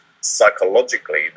psychologically